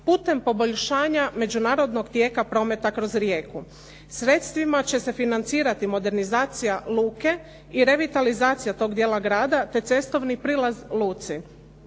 putem poboljšanja međunarodnog tijeka prometa kroz Rijeku. Sredstvima će se financirati modernizacija luke i revitalizacija toga dijela grada te cestovni prilaz luci.